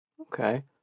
Okay